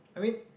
I mean